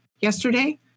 yesterday